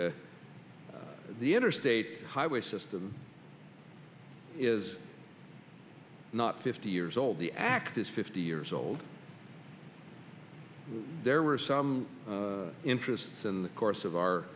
the interstate highway system is not fifty years old the act is fifty years old there were some interests in the course of